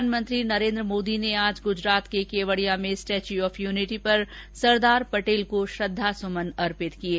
प्रधानमंत्री नरेंद्र मोदी ने आज गुजरात के केवड़िया में स्टेच्यू ऑफ यूनिटी पर सरदार पटेल को श्रद्वासुमन अर्पित किये